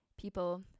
people